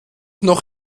noch